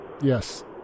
Yes